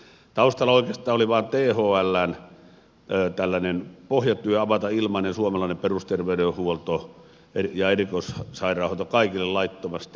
taustalla oikeastaan oli vain thln pohjatyö avata ilmainen suomalainen perusterveydenhuolto ja erikoissairaanhoito kaikille laittomasti maassa oleville